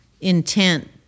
intent